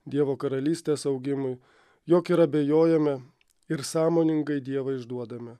dievo karalystės augimui jog ir abejojame ir sąmoningai dievą išduodame